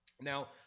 Now